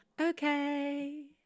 Okay